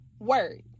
word